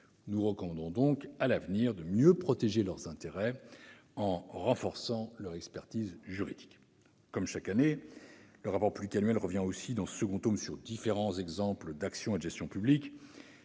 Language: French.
Nous recommandons donc de mieux protéger leurs intérêts à l'avenir, en renforçant leur expertise juridique. Comme chaque année, le rapport public annuel revient aussi, dans ce second tome, sur différents exemples d'actions et de gestions publiques.